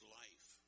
life